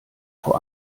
vor